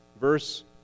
Verse